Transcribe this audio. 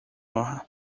honra